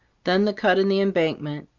then the cut in the embankment,